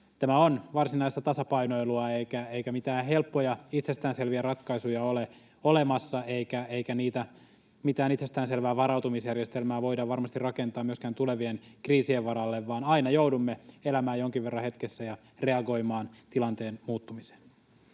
tämä on varsinaista tasapainoilua, eikä mitään helppoja itsestään selviä ratkaisuja ole olemassa, eikä mitään itsestään selvää varautumisjärjestelmää voida varmasti rakentaa myöskään tulevien kriisien varalle, vaan aina joudumme elämään jonkin verran hetkessä ja reagoimaan tilanteen muuttumiseen.